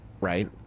right